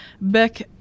beck